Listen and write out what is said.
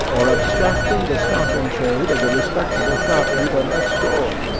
or abstracting the stock-in-trade of the respectable shopkeeper next door,